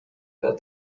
that